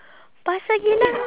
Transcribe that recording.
pasar geylang